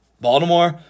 Baltimore